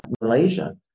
Malaysia